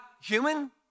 human